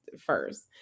first